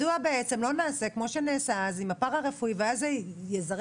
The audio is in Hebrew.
מדוע בעצם לא נעשה כמו שנעשה אז עם הפרא-רפואי ואז זה יזרז